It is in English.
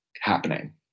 happening